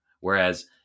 Whereas